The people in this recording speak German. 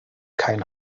kein